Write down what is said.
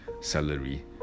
salary